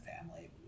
family